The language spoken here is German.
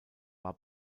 war